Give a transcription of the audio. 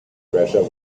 treasure